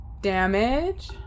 damage